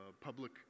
public